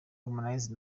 harmonize